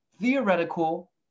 theoretical